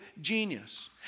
genius